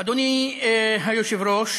הם עשו עבודה